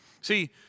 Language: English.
See